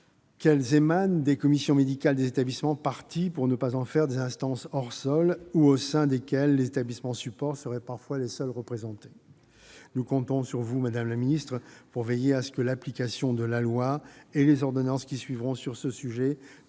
qu'elles émanent des commissions médicales des établissements parties, pour qu'elles ne deviennent pas des instances hors-sol, ou au sein desquelles les établissements supports seraient parfois les seuls représentés. Madame la ministre, nous comptons sur vous pour veiller à ce que l'application de la loi et les ordonnances qui suivront sur ce sujet